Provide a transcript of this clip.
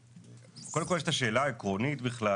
קודם כל יש את השאלה העקרונית בכלל,